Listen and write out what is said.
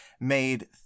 made